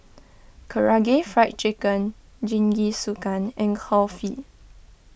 Karaage Fried Chicken Jingisukan and Kulfi